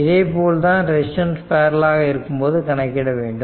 இதேபோல்தான் resistance parallel ஆக இருக்கும்போது கணக்கிட வேண்டும்